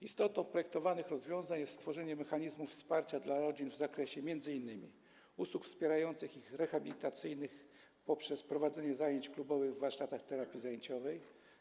Istotą projektowanych rozwiązań jest stworzenie mechanizmu wsparcia dla rodzin w zakresie m.in. usług wspierających i rehabilitacyjnych poprzez prowadzenie zajęć klubowych w warsztatach terapii zajęciowej.